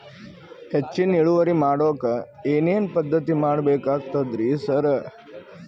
ಹೆಚ್ಚಿನ್ ಇಳುವರಿ ಮಾಡೋಕ್ ಏನ್ ಏನ್ ಪದ್ಧತಿ ಮಾಡಬೇಕಾಗ್ತದ್ರಿ ಸರ್?